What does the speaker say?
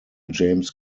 james